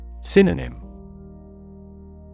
Synonym